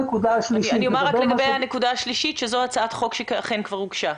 לגבי הנקודה השלישית, זו הצעת חוק שאכן כבר הוגשה.